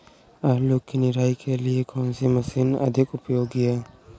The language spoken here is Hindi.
आलू की निराई के लिए कौन सी मशीन अधिक उपयोगी है?